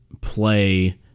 play